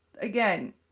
again